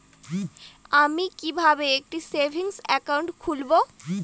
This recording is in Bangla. আমি কিভাবে একটি সেভিংস অ্যাকাউন্ট খুলব?